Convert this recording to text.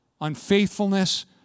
unfaithfulness